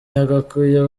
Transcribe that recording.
yagakwiye